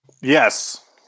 yes